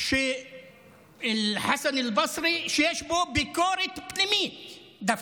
של חסן אלבצרי, שיש בו ביקורת פנימית דווקא.